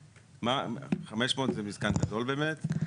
500 זה מתקן גדול באמת?